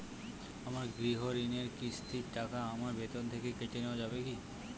আমার গৃহঋণের কিস্তির টাকা আমার বেতন থেকে কেটে নেওয়া যাবে কি?